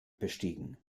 bestiegen